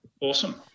Awesome